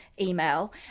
email